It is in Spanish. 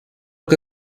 que